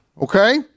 okay